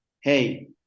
hey